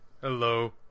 hello